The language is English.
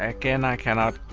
again, i cannot